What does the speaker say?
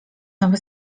nowe